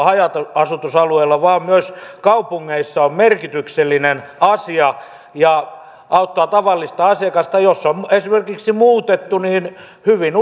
haja asutusalueella vaan myös kaupungeissa on merkityksellinen asia ja auttaa tavallista asiakasta jos on esimerkiksi muutettu niin hyvin